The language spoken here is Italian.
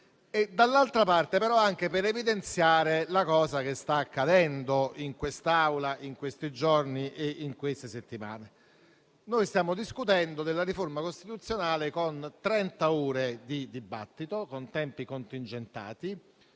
dall'altra parte, anche per evidenziare la cosa che sta accadendo in quest'Aula negli ultimi giorni e settimane. Noi stiamo discutendo della riforma costituzionale con trenta ore di dibattito, con tempi contingentati;